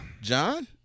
John